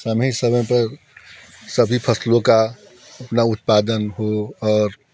सही समय पर सभी फसलों का अपना उत्पादन हो और